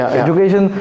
education